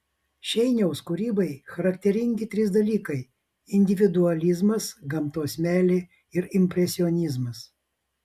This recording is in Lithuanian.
šeiniaus kūrybai charakteringi trys dalykai individualizmas gamtos meilė ir impresionizmas